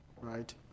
right